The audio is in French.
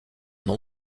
nom